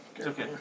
Okay